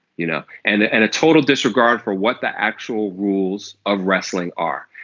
you know and and a total disregard for what the actual rules of wrestling are.